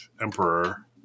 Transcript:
Emperor